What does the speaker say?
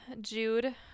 Jude